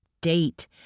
Date